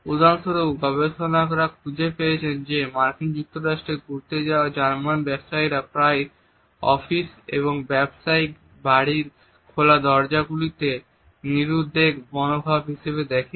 উদাহরণস্বরূপ গবেষকরা খুঁজে পেয়েছেন যে মার্কিন যুক্তরাষ্ট্রে ঘুরতে যাওয়া জার্মান ব্যবসায়ীরা প্রায়শই অফিস ও ব্যবসায়িক বাড়ির খোলা দরজাগুলিকে নিরুদ্বেগ মনোভাব হিসাবে দেখেন